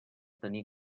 tenir